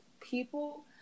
people